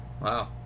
Wow